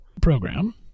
program